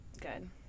good